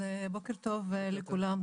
בוקר טוב לכולם.